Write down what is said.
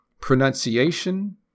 pronunciation